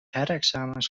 herexamens